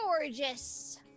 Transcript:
gorgeous